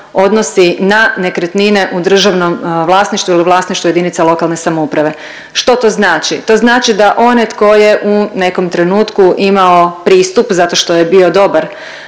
odnosi na nekretnine u državnom vlasništvu ili vlasništvu JLS. Što to znači? To znači da onaj tko je u nekom trenutku imao pristup zato što je bio dobar